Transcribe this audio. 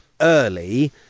early